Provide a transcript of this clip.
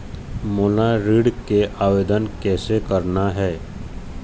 मोला ऋण के आवेदन कैसे करना हे?